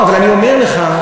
אבל אני אומר לך,